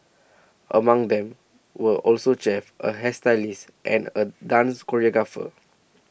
among them were also chefs a hairstylist and a dance choreographer